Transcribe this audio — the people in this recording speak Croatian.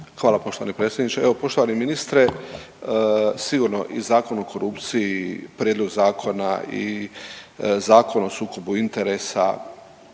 Hvala poštovani predsjedniče. Evo poštovani ministre, sigurno i Zakon o korupciji, prijedlog zakona i Zakon o sukobu interesa